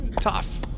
tough